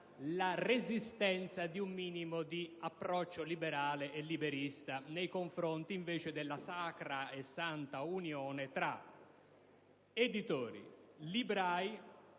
la resistenza di un minimo di approccio liberale e liberista nei confronti della sacra e santa unione tra editori, librai